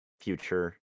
future